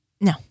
No